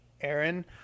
Aaron